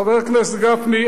חבר הכנסת גפני,